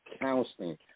counseling